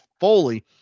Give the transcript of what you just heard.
Foley